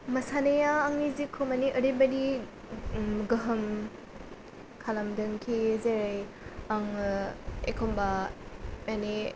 मोसानाया आंनि जिउखौ माने ओरैबादि गोहोम खालामदोंखि जेरै आङो एखम्बा माने